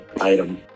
item